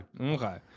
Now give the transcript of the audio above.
Okay